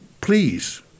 please